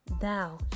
thou